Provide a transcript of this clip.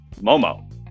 Momo